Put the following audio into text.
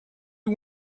you